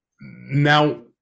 Now